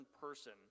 person